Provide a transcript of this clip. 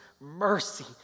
mercy